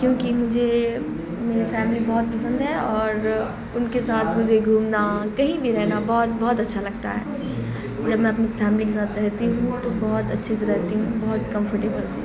کیونکہ مجھے میری فیملی بہت پسند ہے اور ان کے ساتھ مجھے گھومنا کہیں بھی رہنا بہت بہت اچھا لگتا ہے جب میں اپنی فیملی کے ساتھ رہتی ہوں تو بہت اچھے سے رہتی ہوں بہت کمفرٹیبل سے